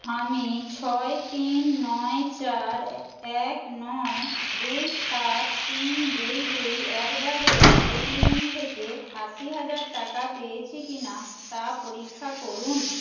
আমি ছয় তিন নয় চার এক নয় দুই সাত তিন দুই দুই অ্যাট দ্য রেট পেটিএম থেকে আশি হাজার টাকা পেয়েছি কি না তা পরীক্ষা করুন